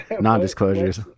non-disclosures